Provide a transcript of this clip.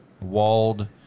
walled